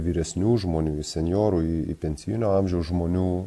vyresnių žmonių į senjorų į pensijinio amžiaus žmonių